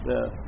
Yes